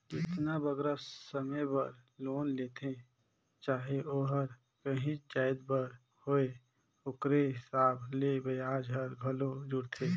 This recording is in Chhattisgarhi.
जेतना बगरा समे बर लोन लेथें चाहे ओहर काहींच जाएत बर होए ओकरे हिसाब ले बियाज हर घलो जुड़थे